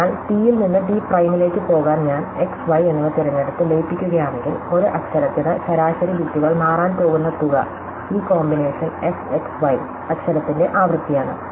അതിനാൽ ടി യിൽ നിന്ന് ടി പ്രൈമിലേക്ക് പോകാൻ ഞാൻ x y എന്നിവ തിരഞ്ഞെടുത്ത് ലയിപ്പികുകയാണെങ്കിൽ ഒരു അക്ഷരത്തിന് ശരാശരി ബിറ്റുകൾ മാറാൻ പോകുന്ന തുക ഈ കോമ്പിനേഷൻ f x y അക്ഷരത്തിന്റെ ആവൃത്തിയാണ്